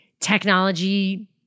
technology